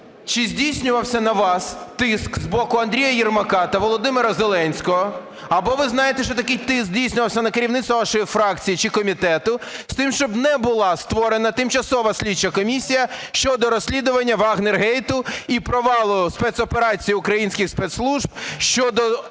Чи здійснювався на вас тиск з боку Андрія Ярмака та Володимира Зеленського, або ви знаєте, що такий тиск здійснювався на керівництво вашої фракції чи комітету, з тим, щоб не була створена тимчасова слідча комісія щодо розслідування "вагнергейту" і провалу спецоперації українських спецслужб щодо